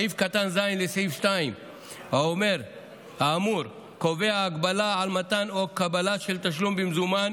סעיף קטן (ז) לסעיף 2 האמור קובע הגבלה על מתן או קבלה של תשלום במזומן